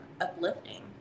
uplifting